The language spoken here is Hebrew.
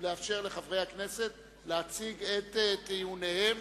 ולאפשר לחברי הכנסת להציג את טיעוניהם